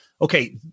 okay